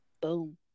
boom